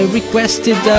requested